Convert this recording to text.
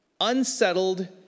unsettled